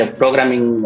programming